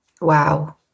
Wow